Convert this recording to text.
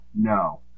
No